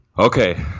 Okay